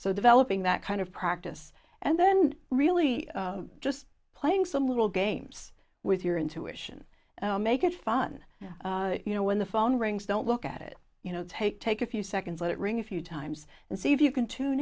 so developing that kind of practice and then really just playing some little games with your intuition make it fun you know when the phone rings don't look at it you know take take a few seconds let it ring a few times and see if you can tune